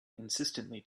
insistently